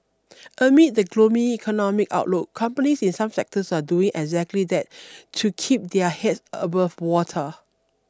amid the gloomy economic outlook companies in some sectors are doing exactly that to keep their heads above water